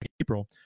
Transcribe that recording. April